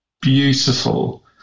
beautiful